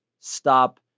Stop